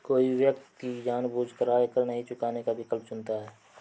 कोई व्यक्ति जानबूझकर आयकर नहीं चुकाने का विकल्प चुनता है